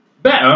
Better